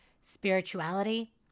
spirituality